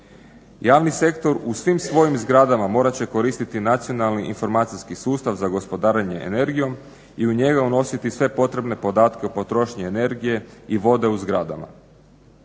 Javni sektor u svim svojim zgradama morat će koristiti Nacionalni informacijski sustav za gospodarenje energijom i u njega unositi sve potrebne podatke o potrošnji energije i vode u zgradama.